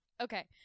Okay